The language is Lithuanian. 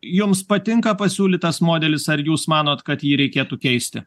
jums patinka pasiūlytas modelis ar jūs manot kad jį reikėtų keisti